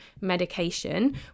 medication